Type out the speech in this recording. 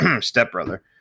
stepbrother